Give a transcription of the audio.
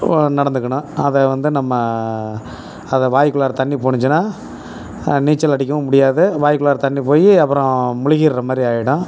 நடந்துக்கணும் அதை வந்து நம்ம அதை வாய்க்குள்ளாற தண்ணி போணுச்சின்னால் நீச்சல் அடிக்கவும் முடியாது வாய்க்குள்ளாற தண்ணி போய் அப்பறம் முழுகிட்ற மாதிரி ஆயிடும்